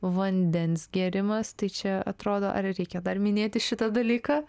vandens gėrimas tai čia atrodo ar reikia dar minėti šitą dalyką